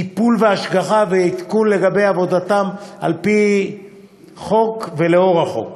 (טיפול והשגחה) ועדכון לגבי עבודתם על-פי החוק ולאור החוק.